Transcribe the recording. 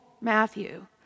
Matthew